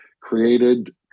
created